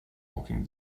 walking